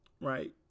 Right